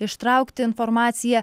ištraukti informaciją